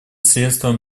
средством